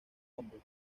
hombros